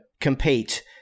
compete